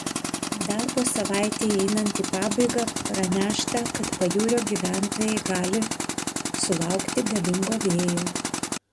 darbo savaitei einant į pabaigą pranešta kad pajūrio gyventojai gali sulaukti galingo vėjo